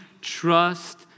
Trust